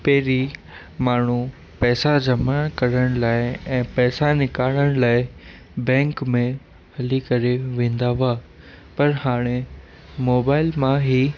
पहिरीं माण्हू पैसा जमा करण लाइ ऐं पैसा निकारण लाइ बैंक में हली करे वेंदा हुआ पर हाणे मोबाइल मां ही